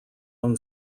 own